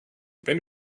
wenn